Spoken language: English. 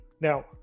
now